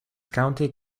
county